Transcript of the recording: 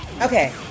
Okay